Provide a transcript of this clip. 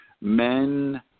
Men